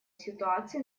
ситуации